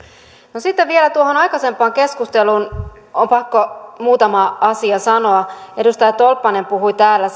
no sitten vielä tuohon aikaisempaan keskusteluun on pakko muutama asia sanoa edustaja tolppanen kertoi täällä